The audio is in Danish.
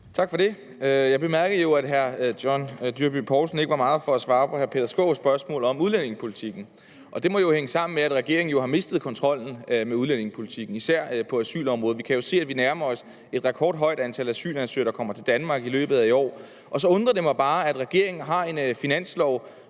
Tak for det. Jeg bemærkede, at hr. John Dyrby Paulsen ikke var meget for at svare på hr. Peter Skaarups spørgsmål om udlændingepolitikken, og det må jo hænge sammen med, at regeringen har mistet kontrollen med udlændingepolitikken, især på asylområdet. Vi kan jo se, at vi nærmer os, at det er et rekordhøjt antal asylansøgere, der kommer til Danmark i løbet af i år. Så undrer det mig bare, at regeringen har en finanslov